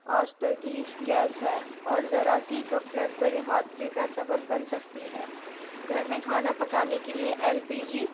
آستگیر gas ہے اور ذرا سی غفلت بڑے حادثے کا سبب بن سکتی ہے گھر میں کھانا پکانے کے لیے ایل پی جی